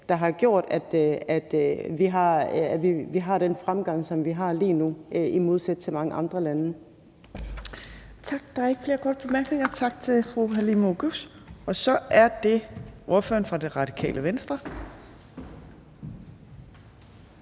der har gjort, at vi har den fremgang, som vi har lige nu, i modsætning til mange andre lande. Kl. 14:54 Tredje næstformand (Trine Torp): Tak. Der er ikke flere korte bemærkninger. Tak til fru Halime Oguz. Og så er det ordføreren for Radikale Venstre,